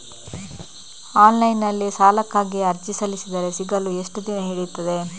Online ನಲ್ಲಿ ಸಾಲಕ್ಕಾಗಿ ಅರ್ಜಿ ಸಲ್ಲಿಸಿದರೆ ಸಿಗಲು ಎಷ್ಟು ದಿನ ಹಿಡಿಯುತ್ತದೆ?